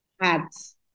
Hats